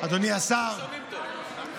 אדוני השר, יופי,